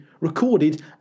recorded